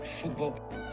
football